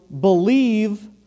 believe